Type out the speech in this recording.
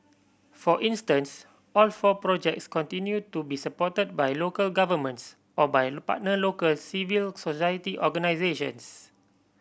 for instance all four projects continue to be supported by local governments or by partner local civil society organisations